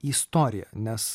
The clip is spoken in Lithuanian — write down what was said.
istoriją nes